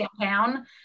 downtown